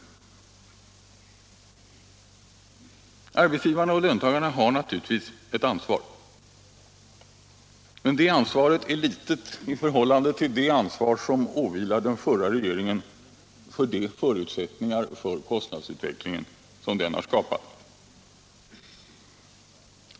Arbetsgivarna och löntagarna har naturligtvis ett ansvar, men det är litet i förhållande till det ansvar som åvilar den förra regeringen för de förutsättningar för kostnadsutvecklingen som den har skapat.